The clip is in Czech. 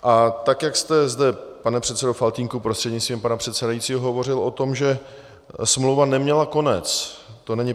A tak jak jste zde, pane předsedo Faltýnku prostřednictvím pana předsedajícího, hovořil o tom, že smlouva neměla konec to není pravda.